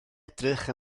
edrych